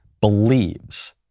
believes